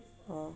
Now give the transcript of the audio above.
uh